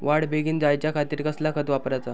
वाढ बेगीन जायच्या खातीर कसला खत वापराचा?